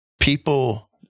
people